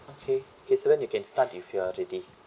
okay kesavan you can start if you are ready